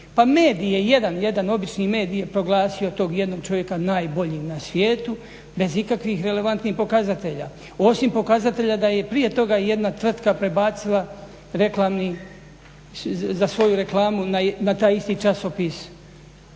jedan obični medij je proglasio tog jednog čovjeka najboljim na svijetu bez ikakvih relevantnih pokazatelja. Osim pokazatelja da je prije toga jedna tvrtka prebacila za svoju reklamu na taj isti časopis